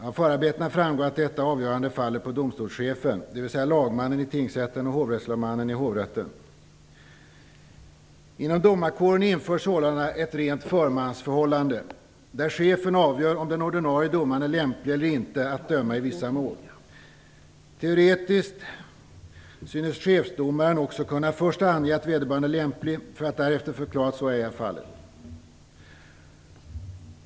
Av förarbetena framgår att detta avgörande faller på domstolschefen, dvs. lagmannen i tingsrätten och holvrättslagmannen i hovrätten. Inom domarkåren införs sålunda ett rent förmansförhållande, där chefen avgör om den ordinarie domaren är lämplig eller inte att döma i vissa mål. Teoretiskt synes chefsdomaren först kunna ange att vederbörande är lämplig för att därefter förklara att så är fallet.